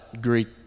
Greek